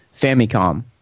Famicom